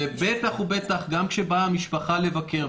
ובטח ובטח גם כשבאה המשפחה לבקר,